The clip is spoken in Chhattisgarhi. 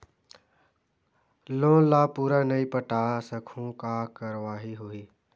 लोन ला पूरा नई पटा सकहुं का कारवाही होही?